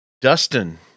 Dustin